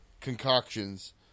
concoctions